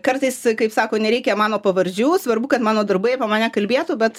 kartais kaip sako nereikia mano pavardžių svarbu kad mano darbai apie mane kalbėtų bet